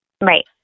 Right